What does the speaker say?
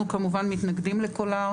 אנחנו כמובן מתנגדים לקולר,